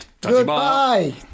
Goodbye